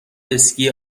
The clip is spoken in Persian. اسکی